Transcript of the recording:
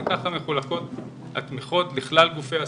וככה מחולקות התמיכות בכלל גופי הספורט,